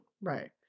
Right